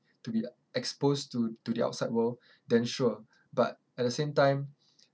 to be exposed to to the outside world then sure but at the same time uh